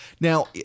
Now